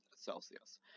Celsius